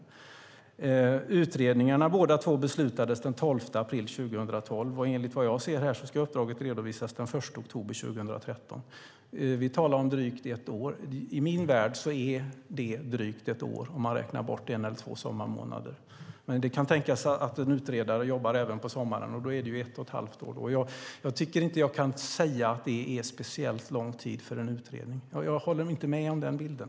Båda utredningarna beslutades den 12 april 2012, och enligt vad jag ser ska uppdraget redovisas den 1 oktober 2013. Vi talar om drygt ett år. I min värld är det drygt ett år om man räknar bort en eller två sommarmånader. Men det kan tänkas att en utredare jobbar även på sommaren, och då blir det ett och ett halvt år. Jag kan inte säga att det är en speciellt lång tid för en utredning. Jag håller inte med om den bilden.